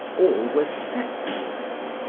all were sexless.